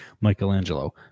Michelangelo